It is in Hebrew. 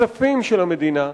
בכספים של המדינה,